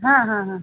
हा हा हा